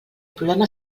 problema